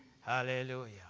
Hallelujah